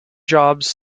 jobs